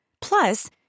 Plus